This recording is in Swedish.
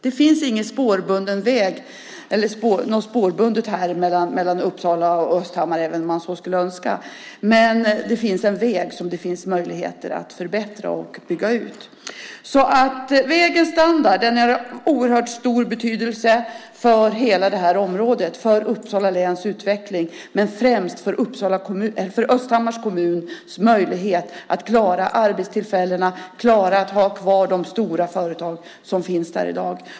Det finns inte någon spårbunden trafik mellan Uppsala och Östhammar, även om man så skulle önska, men det finns en väg som det finns möjligheter att förbättra och bygga ut. Vägens standard är alltså av oerhört stor betydelse för hela det här området och för Uppsala läns utveckling, men främst för Östhammars kommuns möjlighet att klara arbetstillfällena och klara att ha kvar de stora företag som finns där i dag.